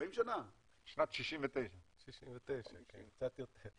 בשנת 69'. קצת יותר.